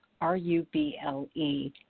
R-U-B-L-E